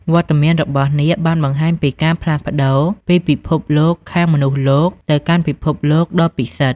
វត្តមានរបស់នាគបានបង្ហាញពីការផ្លាស់ប្តូរពីពិភពលោកខាងមនុស្សលោកទៅកាន់ពិភពលោកដ៏ពិសិដ្ឋ។